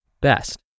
best